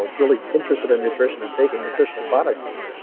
really interested in nutrition, and taking nutritional products is.